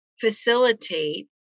facilitate